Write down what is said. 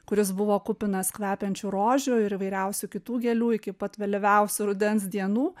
kuris buvo kupinas kvepiančių rožių ir įvairiausių kitų gėlių iki pat vėlyviausių rudens dienų